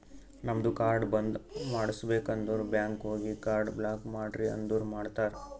ನಮ್ದು ಕಾರ್ಡ್ ಬಂದ್ ಮಾಡುಸ್ಬೇಕ್ ಅಂದುರ್ ಬ್ಯಾಂಕ್ ಹೋಗಿ ಕಾರ್ಡ್ ಬ್ಲಾಕ್ ಮಾಡ್ರಿ ಅಂದುರ್ ಮಾಡ್ತಾರ್